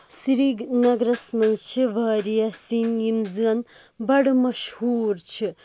سرینَگرَس منٛز چھ واریاہ سیٚنۍ یِم زَن بَڑٕ مشہوٗر چھ